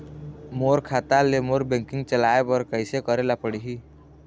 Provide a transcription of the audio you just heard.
मोर खाता ले मोर बैंकिंग चलाए बर कइसे करेला पढ़ही?